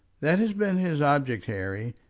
that has been his object, harry,